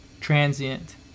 transient